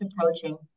approaching